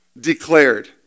declared